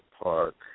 park